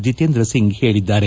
ಜಿತೇಂದ್ರ ಸಿಂಗ್ ಹೇಳಿದ್ದಾರೆ